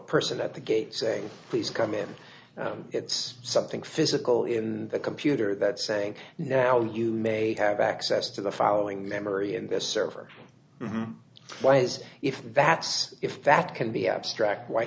person at the gate saying please come in it's something physical in the computer that saying now you may have access to the following memory and this server wise if that's if that can be abstract why